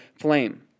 flame